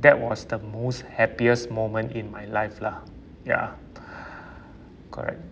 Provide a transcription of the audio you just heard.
that was the most happiest moment in my life lah ya correct